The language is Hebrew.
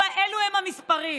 אלו המספרים.